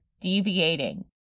deviating